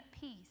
peace